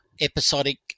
episodic